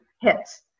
hits